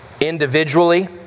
individually